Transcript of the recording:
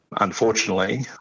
Unfortunately